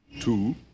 Two